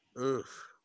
Oof